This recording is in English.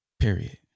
period